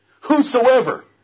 Whosoever